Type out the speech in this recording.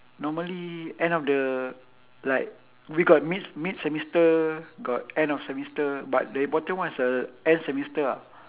normally end of the like we got mid mid-semester got end of semester but the important one is uh end semester ah